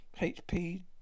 HP